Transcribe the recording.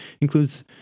includes